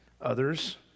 Others